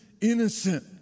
innocent